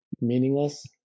meaningless